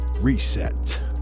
reset